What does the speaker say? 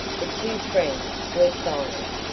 the two friends were silent.